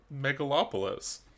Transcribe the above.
Megalopolis